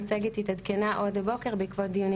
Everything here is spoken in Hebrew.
המצגת התעדכנה עוד הבוקר בעקבות דיונים